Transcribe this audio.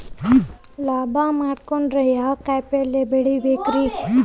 ಲಾಭ ಮಾಡಕೊಂಡ್ರ ಯಾವ ಕಾಯಿಪಲ್ಯ ಬೆಳಿಬೇಕ್ರೇ?